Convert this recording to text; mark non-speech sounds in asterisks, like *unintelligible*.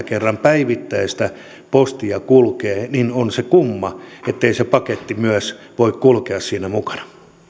*unintelligible* kerran päivittäistä postia kulkee niin on se kumma ettei se paketti myös voi kulkea siinä mukana